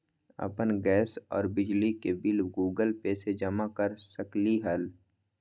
अपन गैस और बिजली के बिल गूगल पे से जमा कर सकलीहल?